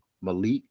Malik